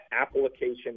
application